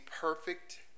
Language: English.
perfect